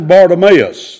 Bartimaeus